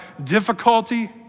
difficulty